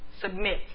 submit